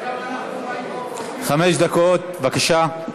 חמש דקות, בבקשה.